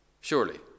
surely